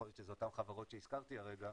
יכול להיות שזה אותן חברות שהזכרתי הרגע,